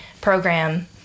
program